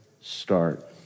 start